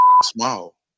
small